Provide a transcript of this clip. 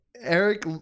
Eric